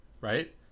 right